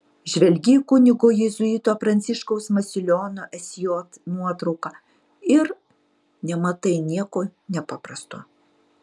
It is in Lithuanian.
žvelgi į kunigo jėzuito pranciškaus masilionio sj nuotrauką ir nematai nieko nepaprasto